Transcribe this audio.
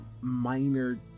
minor